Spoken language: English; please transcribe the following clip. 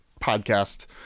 podcast